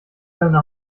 deine